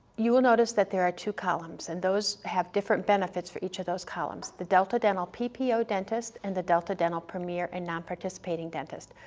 you will notice that there are two columns and those have different benefits for each of those columns. the delta dental ppo ppo dentist and the delta dental premier or and nonparticipating dentist.